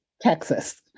Texas